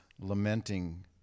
lamenting